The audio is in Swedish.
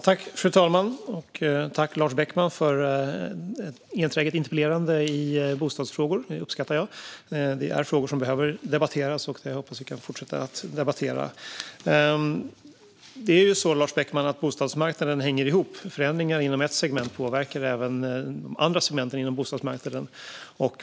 Fru talman! Tack, Lars Beckman, för enträget interpellerande i bostadsfrågor! Det uppskattar jag. Det är frågor som behöver debatteras, och jag hoppas att vi kan fortsätta att debattera dem. Det är ju så, Lars Beckman, att bostadsmarknaden hänger ihop. Förändringar inom ett segment påverkar även andra segment på bostadsmarknaden.